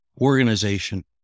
organization